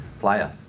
player